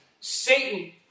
Satan